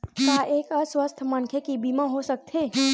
का एक अस्वस्थ मनखे के बीमा हो सकथे?